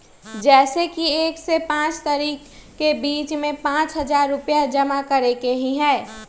जैसे कि एक से पाँच तारीक के बीज में पाँच हजार रुपया जमा करेके ही हैई?